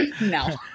No